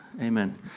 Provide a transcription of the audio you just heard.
Amen